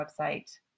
website